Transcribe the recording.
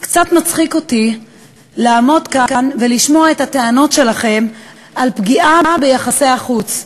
קצת מצחיק אותי לעמוד כאן ולשמוע את הטענות שלכם על פגיעה ביחסי החוץ.